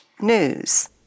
news